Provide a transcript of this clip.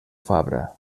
fabra